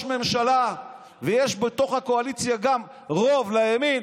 ממשלה ויש בתוך הקואליציה גם רוב לימין,